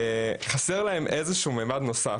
שחסר להם איזה שהוא ממד נוסף.